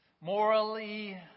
morally